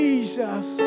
Jesus